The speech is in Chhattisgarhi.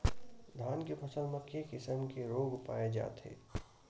धान के फसल म के किसम के रोग पाय जाथे?